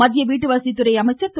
மத்திய வீட்டுவசதி துறை அமைச்சர் திரு